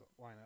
lineup